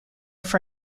for